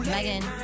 Megan